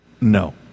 No